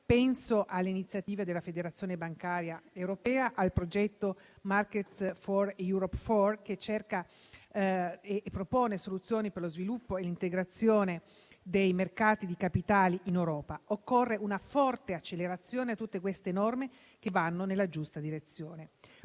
penso alle iniziative della federazione bancaria europea, al progetto Markets4Europe, che cerca e propone soluzioni per lo sviluppo e l'integrazione dei mercati di capitali in Europa. Occorre una forte accelerazione a tutte queste norme, che vanno nella giusta direzione.